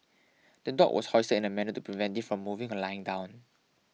the dog was hoisted in a manner to prevent it from moving or lying down